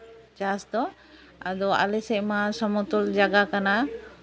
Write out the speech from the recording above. ᱪᱟᱥ ᱫᱚ ᱟᱫᱚ ᱟᱞᱮ ᱥᱮᱫ ᱢᱟ ᱥᱚᱢᱚᱛᱚᱞ ᱡᱟᱭᱜᱟ ᱠᱟᱱᱟ